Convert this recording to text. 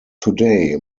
today